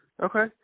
Okay